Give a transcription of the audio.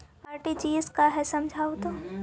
RTGS का है समझाहू तो?